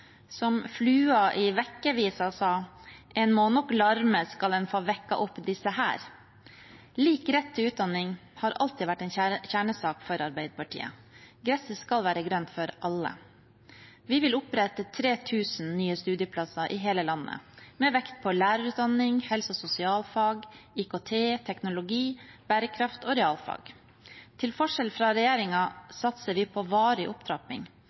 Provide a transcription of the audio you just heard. Som flua i «Vekkevise» sa: «En må nok larme skal en få vekket opp disse her!» Lik rett til utdanning har alltid vært en kjernesak for Arbeiderpartiet. Gresset skal være grønt for alle. Vi vil opprette 3 000 nye studieplasser i hele landet, med vekt på lærerutdanning, helse- og sosialfag, IKT, teknologi, bærekraft og realfag. Til forskjell fra regjeringen satser vi på varig opptrapping,